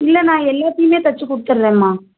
இல்லை நான் எல்லாத்தையுமே தைச்சி கொடுத்துர்றேன்ம்மா